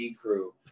crew